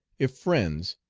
if friends,